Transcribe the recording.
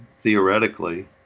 theoretically